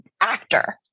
actor